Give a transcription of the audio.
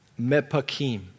mepakim